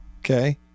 Okay